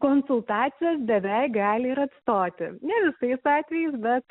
konsultacijos beveik gali ir atstoti ne visais atvejais bet